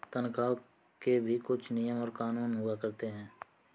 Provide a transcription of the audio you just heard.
तन्ख्वाह के भी कुछ नियम और कानून हुआ करते हैं